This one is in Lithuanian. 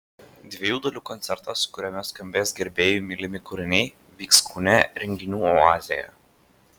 dviejų dalių koncertas kuriame skambės gerbėjų mylimi kūriniai vyks kaune renginių oazėje